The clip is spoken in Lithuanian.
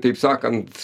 taip sakant